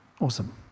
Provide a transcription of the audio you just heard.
Awesome